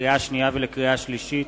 לקריאה שנייה ולקריאה שלישית: